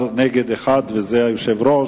בעד, 18, נגד, 1, היושב-ראש.